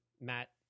Matt